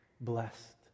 blessed